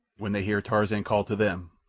when they hear tarzan call to them,